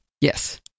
Yes